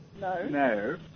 No